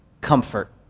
comfort